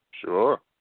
Sure